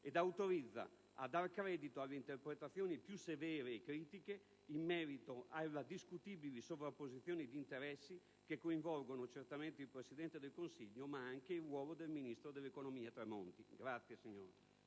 che autorizza a dar credito alle interpretazioni più severe e critiche in merito alle discutibili sovrapposizioni d'interessi che coinvolgono, certamente il Presidente del Consiglio, ma anche il ruolo del ministro dell'economia Tremonti.